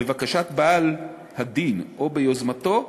לבקשת בעל-הדין או ביוזמתו,